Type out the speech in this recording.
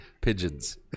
pigeons